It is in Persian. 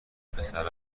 پسر